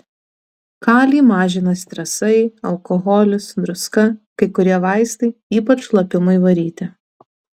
kalį mažina stresai alkoholis druska kai kurie vaistai ypač šlapimui varyti